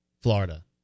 Florida